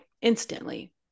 instantly